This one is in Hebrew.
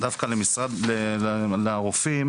דווקא לרופאים,